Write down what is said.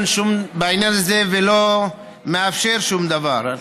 שום דבר בעניין הזה ולא מאפשר שום דבר.